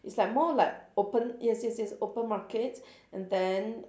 is like more like open yes yes yes open market and then